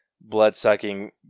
blood-sucking